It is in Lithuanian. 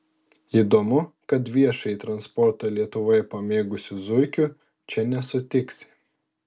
įdomu kad viešąjį transportą lietuvoje pamėgusių zuikių čia nesutiksi